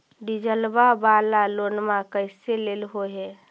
डीजलवा वाला लोनवा कैसे लेलहो हे?